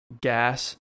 gas